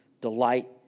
delight